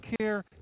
care